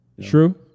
True